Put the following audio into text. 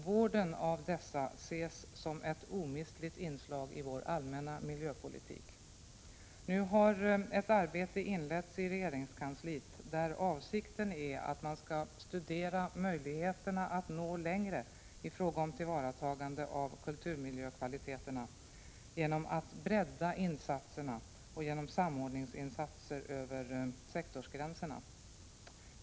Vården av allt detta ses som ett omistligt inslag i vår allmänna miljöpolitik. Nu har ett arbete inletts i regeringskansliet med avsikt att studera möjligheterna att nå längre i fråga om tillvaratagande av kulturmiljökvaliteterna, genom att bredda insatserna och genom s.k. samordningsinsatser över sektorsgränserna.